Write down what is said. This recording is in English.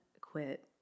quit